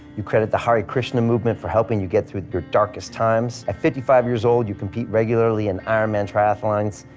you credit the hare krishna movement for helping you get through your darkest times. at fifty five years old you compete regularly in iron man triathlons,